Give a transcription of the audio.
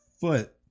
foot